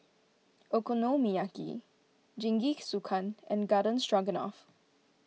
Okonomiyaki Jingisukan and Garden Stroganoff